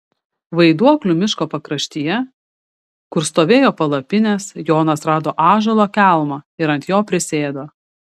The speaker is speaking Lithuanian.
vaiduoklių miško pakraštyje kur stovėjo palapinės jonas rado ąžuolo kelmą ir ant jo prisėdo